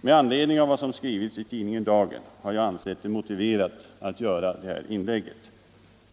Med anledning av vad som skrivits i tidningen Dagen har jag ansett det motiverat att göra det här inlägget.